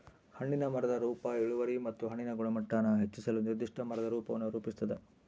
ಹಣ್ಣಿನ ಮರದ ರೂಪ ಇಳುವರಿ ಮತ್ತು ಹಣ್ಣಿನ ಗುಣಮಟ್ಟಾನ ಹೆಚ್ಚಿಸಲು ನಿರ್ದಿಷ್ಟ ಮರದ ರೂಪವನ್ನು ರೂಪಿಸ್ತದ